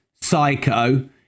Psycho